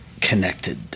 connected